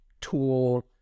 tool